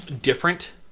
different